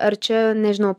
ar čia nežinau